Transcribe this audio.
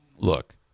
Look